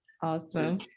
Awesome